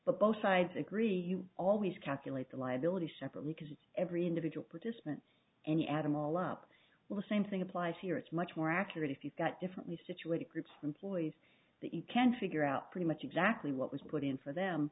but both sides agree you always calculate the liability separately because every individual participant and you add them all up well same thing applies here it's much more accurate if you've got differently situated groups employees that you can figure out pretty much exactly what was put in for them